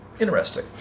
Interesting